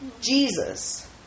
Jesus